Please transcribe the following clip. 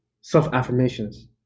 self-affirmations